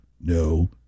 no